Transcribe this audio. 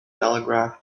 telegraph